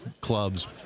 clubs